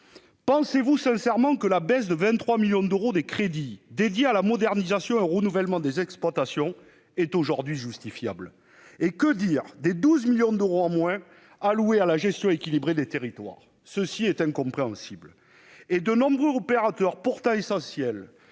pensez-vous sincèrement que la baisse de 23 millions d'euros des crédits dédiés à la modernisation et au renouvellement des exploitations est aujourd'hui justifiable ? Que dire aussi de la baisse de 12 millions d'euros du budget consacré à la gestion équilibrée des territoires ? C'est incompréhensible ! De nombreux opérateurs, pourtant essentiels,